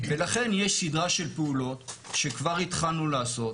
ולכן יש סדרה של פעולות שכבר התחלנו לעשות.